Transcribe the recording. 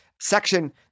section